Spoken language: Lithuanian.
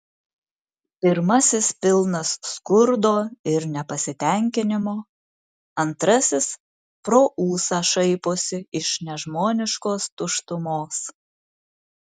pirmasis pilnas skurdo ir nepasitenkinimo antrasis pro ūsą šaiposi iš nežmoniškos tuštumos